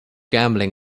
gambling